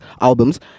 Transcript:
albums